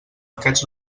aquests